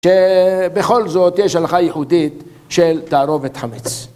שבכל זאת יש הלכה יהודית של תערובת חמץ.